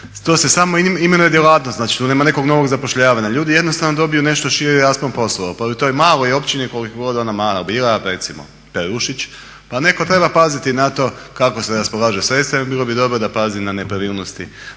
To se samo imenuje djelatnost, znači tu nema nekog novog zapošljavanja. Ljudi jednostavno dobiju nešto širi raspon poslova. Pa u toj maloj općini koliko god ona mala bila recimo Perušić pa netko treba paziti i na to kako se raspolaže sredstvima i bilo bi dobro da pazi na nepravilnosti